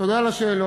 תודה על השאלות.